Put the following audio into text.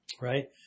Right